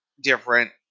different